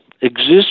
exists